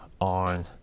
on